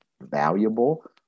valuable